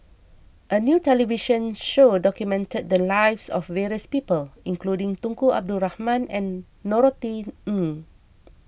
a new television show documented the lives of various people including Tunku Abdul Rahman and Norothy Ng